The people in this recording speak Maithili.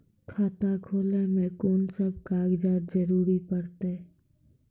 खाता खोलै मे कून सब कागजात जरूरत परतै?